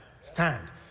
stand